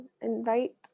invite